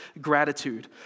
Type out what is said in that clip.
gratitude